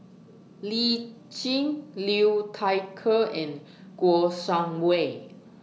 Lee Tjin Liu Thai Ker and Kouo Shang Wei